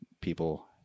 people